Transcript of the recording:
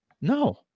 No